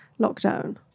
lockdown